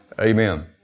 Amen